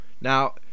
Now